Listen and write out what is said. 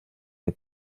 est